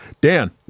Dan